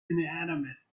inanimate